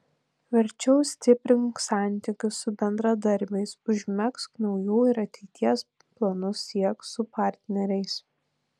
verčiau stiprink santykius su bendradarbiais užmegzk naujų ir ateities planus siek su partneriais